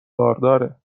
بارداره